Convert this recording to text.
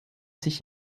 sich